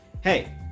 hey